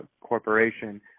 corporation